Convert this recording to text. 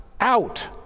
out